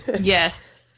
Yes